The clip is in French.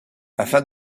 afin